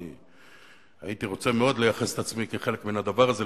אני הייתי רוצה מאוד לייחס את עצמי כחלק מן הדבר הזה,